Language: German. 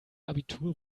abitur